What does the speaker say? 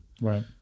right